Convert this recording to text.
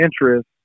interest